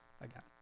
again